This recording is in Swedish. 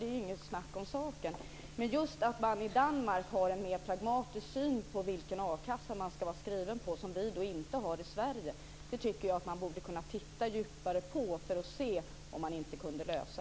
Men det faktum att man i Danmark har en mer pragmatisk syn på vilken a-kassa man ska vara skriven i än vad vi har i Sverige tycker jag att man borde kunna titta närmare på för att försöka lösa.